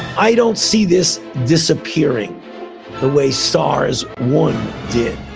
i don't see this disappearing the way stars one did.